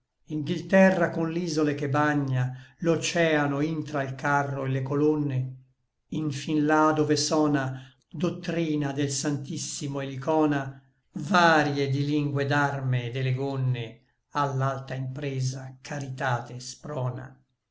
inghilterra con l'isole che bagna l'occeano intra l carro et le colonne infin là dove sona doctrina del sanctissimo elicona varie di lingue et d'arme et de le gonne a l'alta impresa caritate sprona